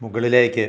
മുകളിലേക്ക്